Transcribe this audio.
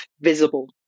visible